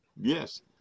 Yes